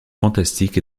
fantastique